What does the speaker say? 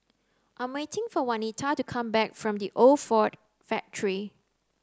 I'm waiting for Wanita to come back from The Old Ford Factory